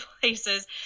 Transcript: places